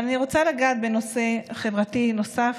אבל אני רוצה לגעת בנושא חברתי נוסף,